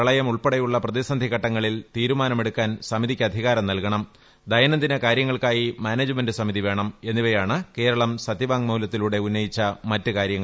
പ്രളയം ഉൾപ്പെടെയുള്ള പ്രതിസന്ധി ഘട്ടങ്ങളിൽ തീരുമാനമെടക്കാൻ സമിതിക്ക് അധികാരം നല്കണം ദൈനംദിനകാരൃങ്ങൾക്കായി മാനേജ്മെന്റ് സമിതി വേണം എന്നിവയാണ് കേരളം സത്യവാങ്മൂലത്തിലൂടെ ഉന്നയിച്ച മറ്റ് കാര്യങ്ങൾ